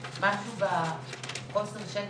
נכניס למאגר הבדיקות עוד עשרות או מאות